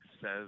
says